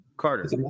carter